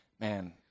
man